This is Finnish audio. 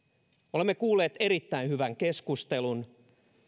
olemme kuulleet erittäin hyvän keskustelun